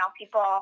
people